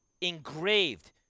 engraved